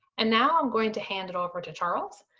and now, i'm going to hand it over to charles.